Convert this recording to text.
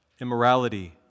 immorality